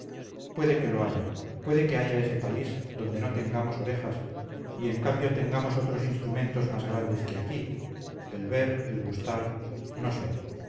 puede que lo haya puede que haya ese país donde no tengamos orejas y en cambio tengamos otros instrumentos más grandes que aquí el ver el gustar no sé